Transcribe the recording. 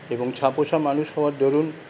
এবং ছাপোষা মানুষ হওয়ার দরুন